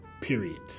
period